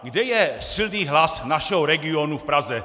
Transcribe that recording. Kde je silný hlas našeho regionu v Praze?